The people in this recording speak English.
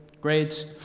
grades